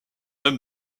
homme